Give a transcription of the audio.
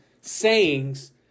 sayings